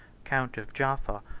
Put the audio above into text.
count of jaffa,